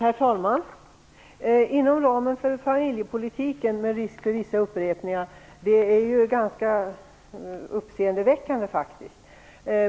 Herr talman! Med risk för vissa upprepningar vill jag säga att förslagen inom ramen för familjepolitiken är ganska uppseendeväckande.